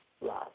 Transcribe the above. love